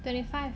twenty five